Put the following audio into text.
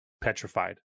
petrified